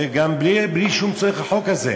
בלי שום צורך בחוק הזה.